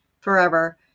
forever